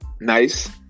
Nice